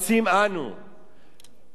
בשלמות הנפש